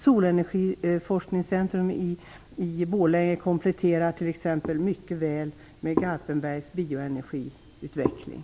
Solenergiforskningscentrum i Borlänge kompletterar t.ex. mycket väl Garpenbergs bioenergiutveckling.